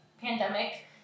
pandemic